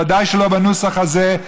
ודאי שלא בנוסח הזה.